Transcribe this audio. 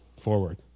forward